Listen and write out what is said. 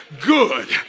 good